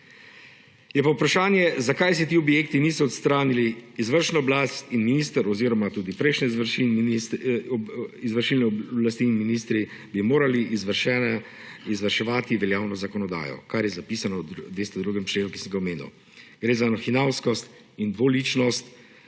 Je pa vprašanje, zakaj se ti objekti niso odstranili. Izvršna oblast in minister oziroma tudi prejšnje izvršilne oblasti in ministri bi morali izvrševati veljavno zakonodajo, kar je zapisano v 202. členu, ki sem ga omenil. Gre za hinavskost in dvoličnost